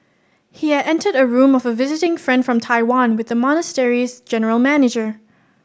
he had entered a room of a visiting friend from Taiwan with the monastery's general manager